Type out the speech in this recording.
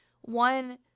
one